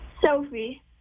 Sophie